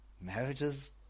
marriages